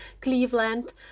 Cleveland